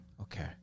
Okay